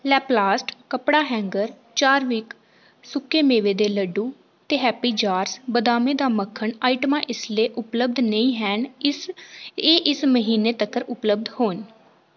Laplast कपड़ा hanger चार्विक सुक्के मेवे दे लड्डूं ते हैप्पी जार्स बदामें दा मक्खन आइटमां इसलै उपलब्ध नेईं हैन इस एह् इस म्हीनै तक्कर उपलब्ध होन